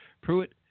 Pruitt